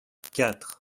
quatre